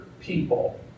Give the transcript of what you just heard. people